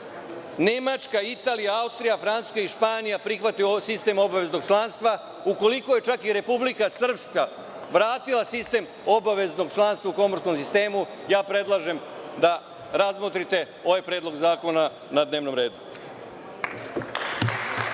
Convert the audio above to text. Nemačka, Italija, Austrija, Francuska i Španija prihvate sistem obaveznog članstva, ukoliko je čak i Republika Srpska vratila sistem obaveznog članstva u komorskom sistemu, predlažem da razmotrite ovaj predlog zakona na dnevnom redu.